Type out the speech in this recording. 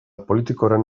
politikoren